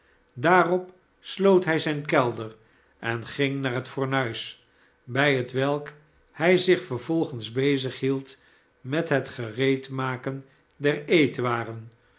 daarop sloot hij zijn kelder en ging naar het fornuis bij hetwelk hij zich vervolgens bezig hield met het gereedmaken der eetwaren